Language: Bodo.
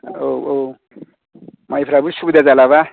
औ औ माइफोराबो सुबिदा जालाबा